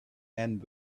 and